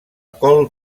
col